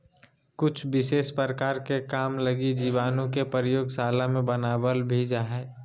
कुछ विशेष प्रकार के काम लगी जीवाणु के प्रयोगशाला मे बनावल भी जा हय